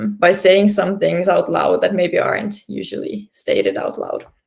um by saying some things out loud that maybe aren't usually stated out loud.